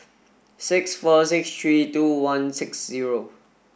six four six three two one six zero